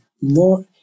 more